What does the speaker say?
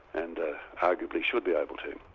and arguably should be able to.